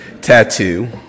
Tattoo